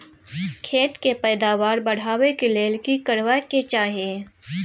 खेत के पैदावार बढाबै के लेल की करबा के चाही?